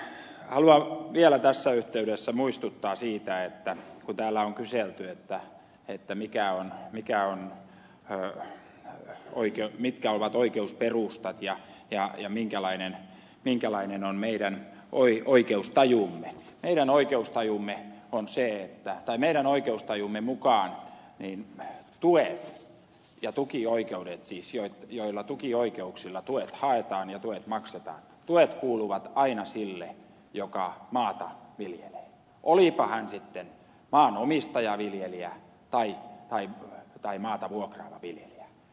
haluan vielä tässä yhteydessä muistuttaa siitä että kun täällä on kyselty että että mikä on mikä on kolme oikeat mitkä ovat oikeusperustat ja minkälainen on meidän oikeustajumme niin meidän oikeustajumme mukaan siis tuet ja tukioikeudet joilla tukioikeuksilla tuet haetaan ja tuet maksetaan kuuluvat aina sille joka maata viljelee olipa hän sitten maanomistajaviljelijä tai maata vuokraava viljelijä